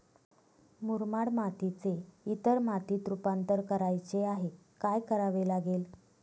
मुरमाड मातीचे इतर मातीत रुपांतर करायचे आहे, काय करावे लागेल?